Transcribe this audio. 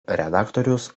redaktorius